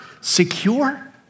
secure